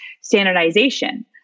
standardization